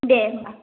दे होमबा